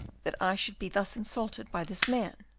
that i should be thus insulted by this man,